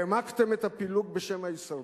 העמקתם את הפילוג בשם ההישרדות.